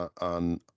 on